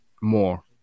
more